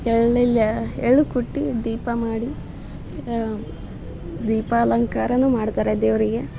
ಎಳ್ಳೆಲ್ಲ ಎಳ್ಳು ಕುಟ್ಟಿ ದೀಪ ಮಾಡಿ ದೀಪಾಲಂಕಾರನೂ ಮಾಡ್ತಾರೆ ದೇವರಿಗೆ